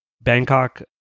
Bangkok